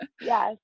Yes